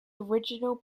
original